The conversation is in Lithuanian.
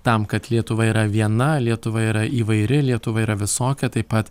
tam kad lietuva yra viena lietuva yra įvairi lietuva yra visokia taip pat